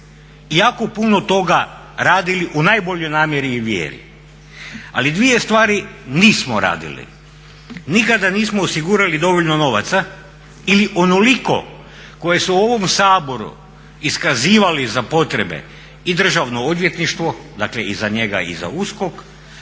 jako puno toga radili u najboljoj namjeri i vjeri. Ali dvije stvari nismo radili. Nikada nismo osigurali dovoljno novaca ili onoliko koje su u ovom Saboru iskazivali za potrebe i državno odvjetništvo dakle i za njega i za USKOK